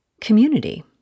community